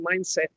mindset